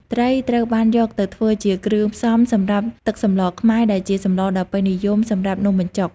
ត្រីត្រូវបានយកទៅធ្វើជាគ្រឿងផ្សំសម្រាប់ ទឹកសម្លខ្មែរ ដែលជាសម្លដ៏ពេញនិយមសម្រាប់នំបញ្ចុក។